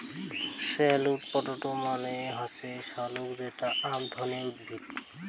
sweet potato মানে হসে শাকালু যেটা আক ধরণের উদ্ভিদ